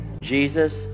Jesus